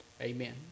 Amen